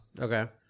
Okay